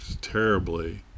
terribly